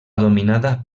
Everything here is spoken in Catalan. dominada